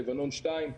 לבנון שנייה.